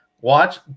Watch